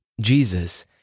Jesus